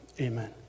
Amen